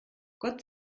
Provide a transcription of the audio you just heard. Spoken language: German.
gott